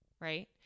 right